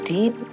Deep